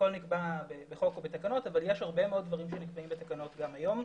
הכול נקבע בחוק ובתקנות אבל יש הרבה מאוד דברים שנמצאים בתקנות גם היום.